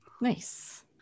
Nice